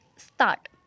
start